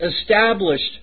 established